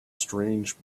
strange